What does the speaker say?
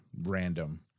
random